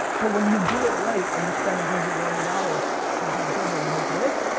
but when you do it right, and you spend a hundred million dollars ten times over and you make this,